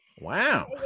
wow